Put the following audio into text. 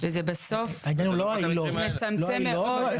וזה בסוף מצמצם מאוד.